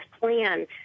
plan